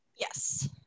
Yes